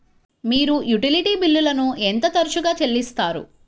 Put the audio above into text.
మీరు యుటిలిటీ బిల్లులను ఎంత తరచుగా చెల్లిస్తారు?